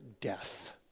death